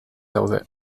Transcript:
daude